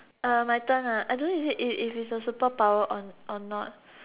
uh my turn ah I don't know is it if it's a superpower or or not